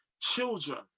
children